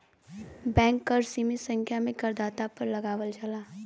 bank कर सीमित संख्या में करदाता पर लगावल जाला